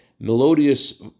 melodious